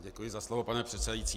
Děkuji za slovo, pane předsedající.